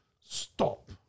stop